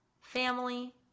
Family